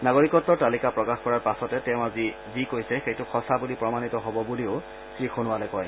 নাগৰিকত্বৰ তালিকা প্ৰকাশ কৰাৰ পাছতে তেওঁ আজি যি কৈছে সেইটো সঁচা বুলি প্ৰমাণিত হ'ব বুলিও শ্ৰীসোণোৱালে কয়